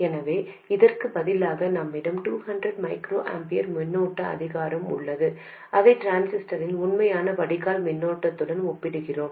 எனவே இதற்குப் பதிலாக நம்மிடம் 200 μA மின்னோட்ட ஆதாரம் உள்ளது அதை டிரான்சிஸ்டரின் உண்மையான வடிகால் மின்னோட்டத்துடன் ஒப்பிடுகிறோம்